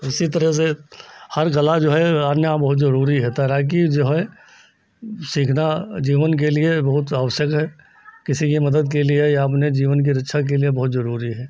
इसी तरह से हर कला जो है आना बहुत ज़रूरी है तैराकी जो है सीखना जीवन के लिए बहुत आवश्यक है किसी की मदद के लिए या अपने जीवन की रक्षा के लिए बहुत ज़रूरी है